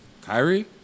Kyrie